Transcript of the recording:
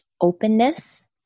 openness